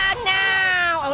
um no.